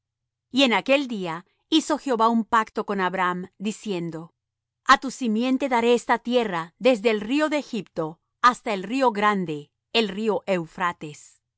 divididos en aquel día hizo jehová un pacto con abram diciendo a tu simiente daré esta tierra desde el río de egipto hasta el río grande el río eufrates los